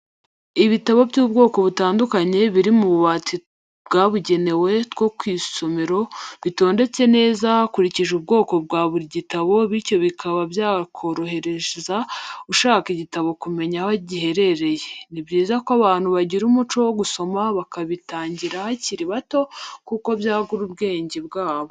Ibitabo by'ubwoko butandukanye biri mu tubati twabugenewe two mw'isomero, bitondetse neza hakurikijwe ubwo bwa buri gitabo bityo bikaba byakorohereza ushaka igitabo kumenya aho giherereye, ni byiza ko abantu bagira umuco wo gusoma bakabitangira bakiri bato kuko byagura ubwenge bwabo.